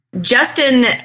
Justin